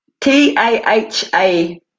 t-a-h-a